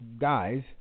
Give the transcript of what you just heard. guys